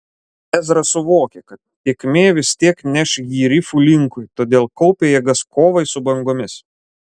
ezra suvokė kad tėkmė vis tiek neš jį rifų linkui todėl kaupė jėgas kovai su bangomis